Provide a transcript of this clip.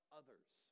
others